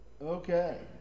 Okay